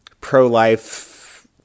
pro-life